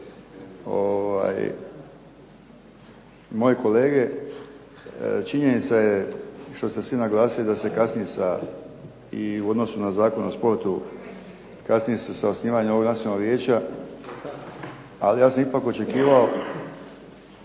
moje kolege. Činjenica je, što ste svi naglasili, da se kasni sa i u odnosu na Zakon o sportu kasni se sa osnivanjem ovog nacionalnog vijeća, ali ja sam ipak očekivao